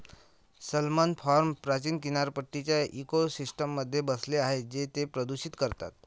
salmon farms प्राचीन किनारपट्टीच्या इकोसिस्टममध्ये बसले आहेत जे ते प्रदूषित करतात